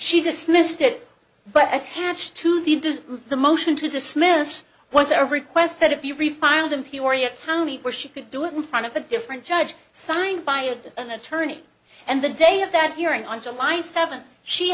she dismissed it but attached to the the motion to dismiss was a request that it be refiled in peoria county where she could do it in front of a different judge signed by a an attorney and the day of that hearing on july seventh she